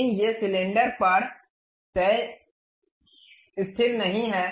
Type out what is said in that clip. लेकिन ये सिलेंडर पर तय नहीं हैं